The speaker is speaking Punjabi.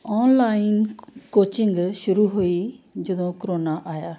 ਔਨਲਾਈਨ ਕੋਚਿੰਗ ਸ਼ੁਰੂ ਹੋਈ ਜਦੋਂ ਕਰੋਨਾ ਆਇਆ